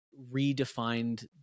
redefined